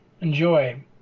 enjoy